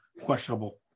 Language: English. questionable